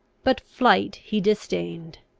but flight he disdained.